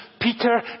Peter